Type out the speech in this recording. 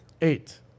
Eight